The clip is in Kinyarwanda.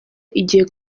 igihe